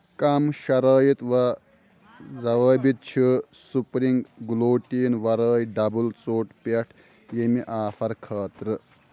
کم شرٲیِط و ضوابط چھِ سپرٛنٛگ گلوٹیٖن ورٲے ڈبل ژوٚٹ پٮ۪ٹھ ییٚمہِ آفر خٲطرٕ؟